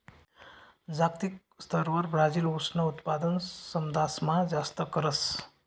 जागतिक स्तरवर ब्राजील ऊसनं उत्पादन समदासमा जास्त करस